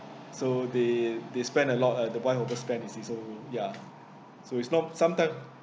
so they they spend a lot uh the wife overspent it is so ya so it's not sometime